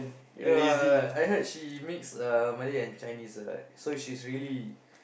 you know ah I heard she mixed uh Malay and Chinese ah so she's really